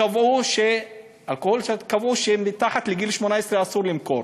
קבעו שמתחת לגיל 18 אסור למכור.